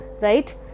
right